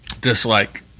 dislike